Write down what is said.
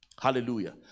Hallelujah